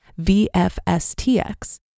VFSTX